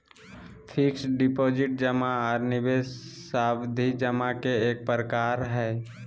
fixed deposit जमा आर निवेश सावधि जमा के एक प्रकार हय